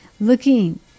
Looking